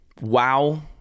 Wow